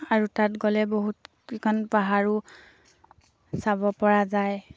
আৰু তাত গ'লে বহুতকিখন পাহাৰো চাব পৰা যায়